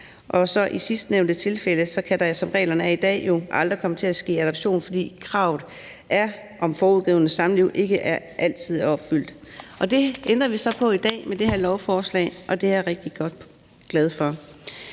år. I sidstnævnte tilfælde kan der, som reglerne er i dag, jo aldrig komme til at ske adoption, fordi kravet om foudgående samliv ikke altid er opfyldt. Det ændrer vi så på i dag med det her lov forslag, og det er jeg rigtig godt glad for.